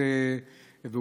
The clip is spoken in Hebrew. החוץ,